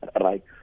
right